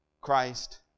Christ